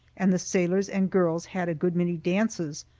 and the sailors and girls had a good many dances,